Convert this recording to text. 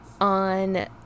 on